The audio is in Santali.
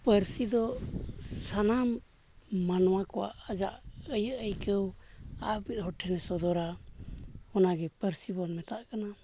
ᱯᱟᱹᱨᱥᱤ ᱫᱚ ᱥᱟᱱᱟᱢ ᱢᱟᱱᱣᱟ ᱠᱚᱣᱟᱜ ᱟᱭᱟᱜ ᱟᱹᱭᱠᱟᱹᱣ ᱟᱨ ᱢᱤᱫ ᱦᱚᱲ ᱴᱷᱮᱱᱮ ᱥᱚᱫᱚᱨᱟ ᱚᱱᱟᱜᱮ ᱯᱟᱹᱨᱥᱤ ᱵᱚᱱ ᱢᱮᱛᱟᱜ ᱠᱟᱱᱟ